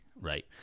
right